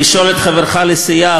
לשאול את חברך לסיעה,